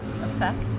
effect